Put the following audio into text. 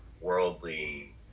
worldly